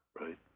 Right